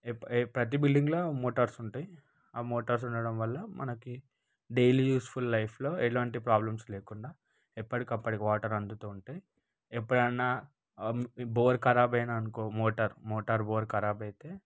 ఎప్ప ప్రతి బిల్డింగుల మోటార్స్ ఉంటాయి ఆ మోటార్స్ ఉండడం వలన మనకి డైలీ యూస్ఫుల్ లైఫ్లొ ఎలాంటి ప్రాబ్లమ్స్ లేకుండా ఎప్పటికి అప్పడు వాటర్ అందుతూ ఉంటాయి ఎప్పుడన్నా బోర్ ఖరాబైన అనుకో మోటార్ మోటార్ బోర్ ఖరాబైతే